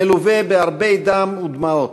מלווה בהרבה דם ודמעות",